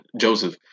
Joseph